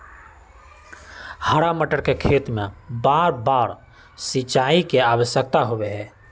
हरा मटर के खेत में बारबार सिंचाई के आवश्यकता होबा हई